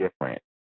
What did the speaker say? different